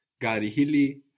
Garihili